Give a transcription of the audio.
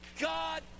God